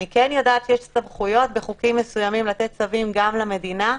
אני כן יודעת שיש הסתמכויות בחוקים מסוימים לתת צווים גם למדינה.